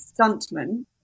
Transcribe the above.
stuntman